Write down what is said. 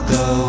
go